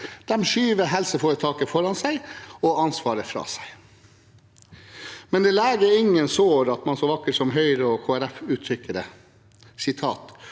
De skyver helseforetaket foran seg og ansvaret fra seg. Men det leger ingen sår at man, så vakkert som Høyre og Kristelig